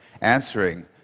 answering